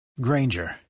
Granger